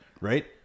Right